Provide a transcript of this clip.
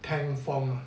tank form ah